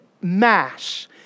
mass